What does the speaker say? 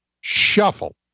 shuffle